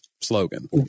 slogan